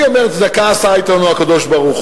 אני אומר: צדקה עשה אתנו הקדוש-ברוך-הוא,